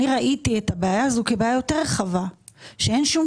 אני ראיתי את הבעיה הזו כבעיה יותר רחבה שאין שום